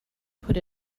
put